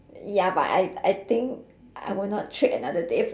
ya but I I think I will not trade another day for